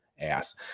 ass